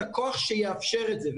לקוח שיאפשר את זה,